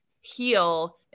heal